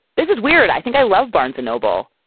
this is weird. i think i love barnes noble,